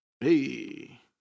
Hey